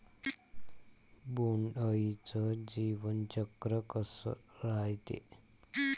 बोंड अळीचं जीवनचक्र कस रायते?